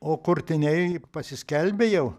o kurtiniai pasiskelbė jau